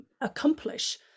accomplish